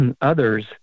others